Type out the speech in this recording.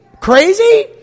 Crazy